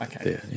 okay